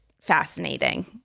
fascinating